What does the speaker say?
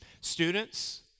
Students